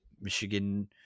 Michigan